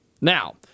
Now